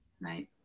Right